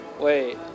wait